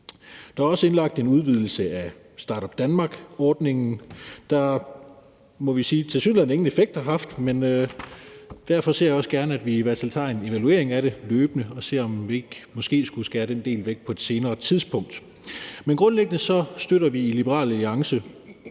Der er også indlagt en udvidelse af Startup Denmark-ordningen, der – må vi sige – tilsyneladende ingen effekt har haft. Men derfor ser jeg også gerne, at vi i hvert fald tager en evaluering af det løbende og ser, om vi ikke måske skulle skære den del væk på et senere tidspunkt. Men grundlæggende støtter vi i Liberal Alliance